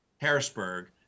Harrisburg